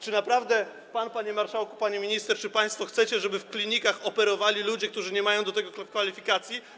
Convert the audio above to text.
Czy naprawdę pan, panie marszałku, pani minister, czy państwo chcecie, żeby w klinikach operowali ludzie, którzy nie mają do tego kwalifikacji?